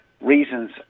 reasons